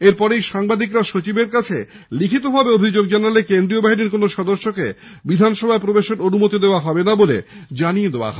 এর পরেই সাংবাদিকরা সচিবের কাছে লিখিতভাবে অভিযোগ জানালে কেন্দ্রীয় বাহিনীর কোনো সদস্যকে বিধানসভায় প্রবেশের অনুমতি দেওয়া হবে না বলে জানিয়ে দেওয়া হয়েছে